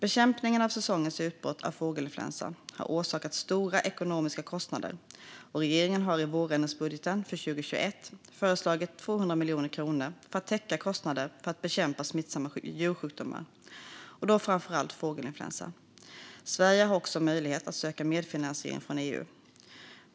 Bekämpningen av säsongens utbrott av fågelinfluensa har orsakat stora ekonomiska kostnader, och regeringen har i vårändringsbudgeten för 2021 föreslagit 200 miljoner kronor för att täcka kostnader för att bekämpa smittsamma djursjukdomar, och då framför allt fågelinfluensa. Sverige har också möjlighet att söka medfinansiering från EU.